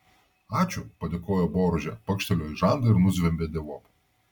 ačiū padėkojo boružė pakštelėjo į žandą ir nuzvimbė dievop